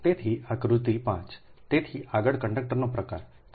તેથી આકૃતિ 5 તેથી આગળ કંડકટરોનો પ્રકાર છે